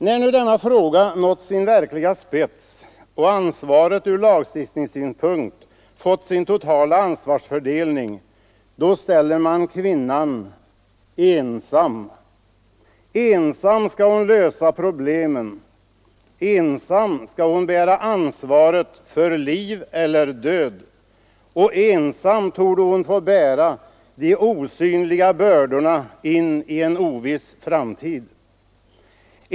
När nu denna fråga nått sin verkliga spets och ansvaret ur lagstiftningssynpunkt fått sin totala fördelning, då ställer man kvinnan ensam. Ensam skall hon lösa problemen, ensam skall hon bära ansvaret för liv eller död, och ensam torde hon få bära de osynliga bördorna in i en oviss framtid.